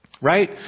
Right